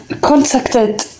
contacted